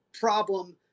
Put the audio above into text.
problem